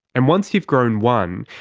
and once you've grown one,